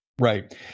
Right